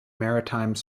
maritime